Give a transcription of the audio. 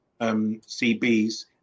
CBs